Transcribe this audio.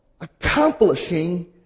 accomplishing